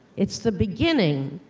it's the beginning,